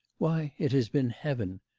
why, it has been heaven.